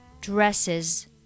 Dresses